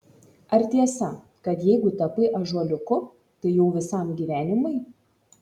ar tiesa kad jeigu tapai ąžuoliuku tai jau visam gyvenimui